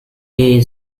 gay